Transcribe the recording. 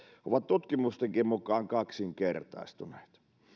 ovat tutkimustenkin mukaan kaksinkertaistuneet